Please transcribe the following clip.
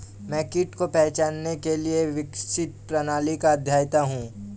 मैं कीट को पहचानने के लिए विकसित प्रणाली का अध्येता हूँ